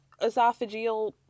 esophageal